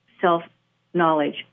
self-knowledge